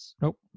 Nope